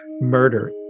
murder